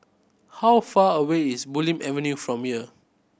how far away is Bulim Avenue from here